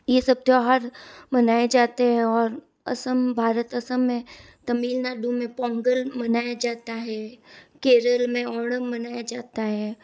ये सब त्यौहार मनाया जाते हैं और असम भारत असम में तमिलनाडु में पोंगल मनाया जाता है केरल में ओरंग मनाया जाता है